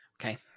Okay